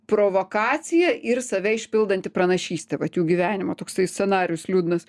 provokacija ir save išpildanti pranašystė vat jų gyvenimo toksai scenarijus liūdnas